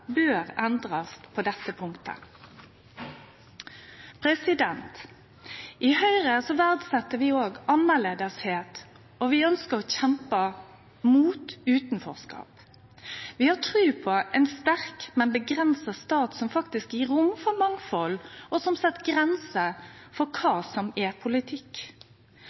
bør endrast på dette punktet. I Høgre verdset vi òg å vere annleis, og vi ønskjer å kjempe mot utanforskap. Vi har tru på ein sterk, men avgrensa stat som faktisk gir rom for mangfald, og som set grenser for kva som er politikk.